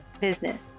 Business